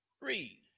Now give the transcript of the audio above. Read